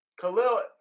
Khalil